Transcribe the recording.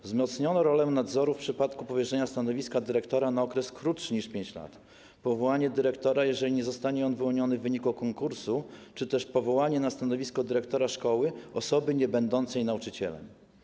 Wzmocniono rolę nadzoru w przypadku powierzenia stanowiska dyrektora na okres krótszy niż 5 lat, powołania dyrektora, jeżeli nie zostanie on wyłoniony w wyniku konkursu, czy też powołania na stanowisko dyrektora szkoły osoby niebędącej nauczycielem.